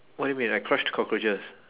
what do you mean I crushed cockroaches